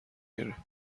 گیره